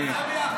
נעשה ביחד.